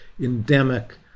endemic